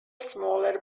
smaller